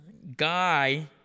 Guy